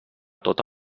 tota